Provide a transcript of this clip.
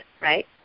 right